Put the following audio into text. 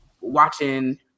watching